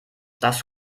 das